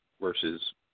versus